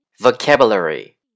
vocabulary